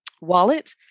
wallet